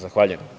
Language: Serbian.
Zahvaljujem.